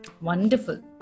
Wonderful